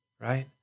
right